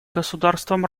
государствам